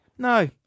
No